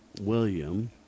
William